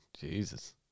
jesus